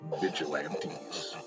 vigilantes